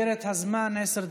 מסגרת הזמן, עשר דקות,